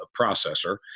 processor